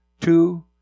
two